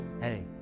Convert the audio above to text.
Hey